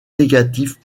négatif